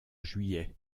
juillet